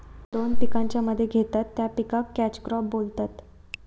दोन पिकांच्या मध्ये घेतत त्या पिकाक कॅच क्रॉप बोलतत